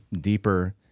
deeper